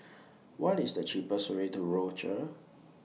What IS The cheapest Way to Rochor